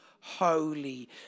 Holy